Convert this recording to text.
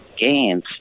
gains